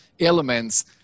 elements